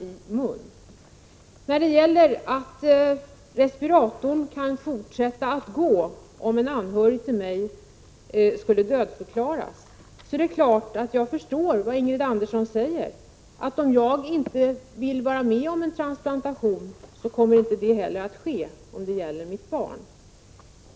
Först när det gäller resonemanget om att respiratorn kan fortsätta att gå när en anhörig till mig dödförklaras. Det är klart att jag förstår vad Ingrid Andersson säger. Om jag inte vill vara med om en transplantation, kommer en sådan heller inte att ske om det gäller mitt barn.